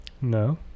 no